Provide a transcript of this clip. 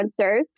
influencers